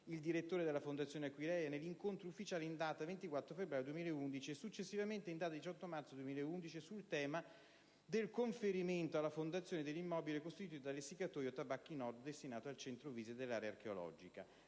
il direttore della Fondazione Aquileia nell'incontro ufficiale in data 24 febbraio 2011 e successivamente in data 18 marzo 2011, sul tema del conferimento alla Fondazione dell'immobile costituito dall'Essiccatoio tabacchi nord destinato a centro visite dell'area archeologica.